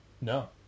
No